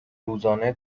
روزانه